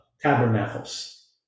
Tabernacles